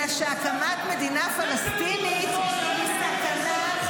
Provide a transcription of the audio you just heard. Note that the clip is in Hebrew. אלא שהקמת מדינה פלסטינית ------- היא סכנה קיומית,